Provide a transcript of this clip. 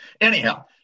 Anyhow